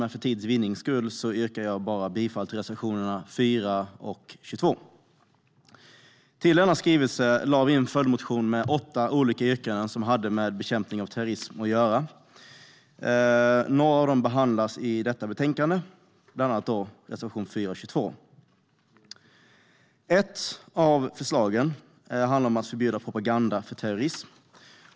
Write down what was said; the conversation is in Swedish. Men för tids vinnande yrkar jag bifall bara till reservationerna 4 och 22. Till denna skrivelse lade vi en följdmotion med åtta olika yrkanden som hade med bekämpning av terrorism att göra. Några av dem behandlas i detta betänkande, bland annat dem som tas upp i reservationerna 4 och 22. Ett av förslagen handlar om att förbjuda propaganda för terrorism.